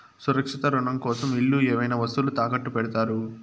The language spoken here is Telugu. సురక్షిత రుణం కోసం ఇల్లు ఏవైనా వస్తువులు తాకట్టు పెడతారు